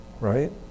Right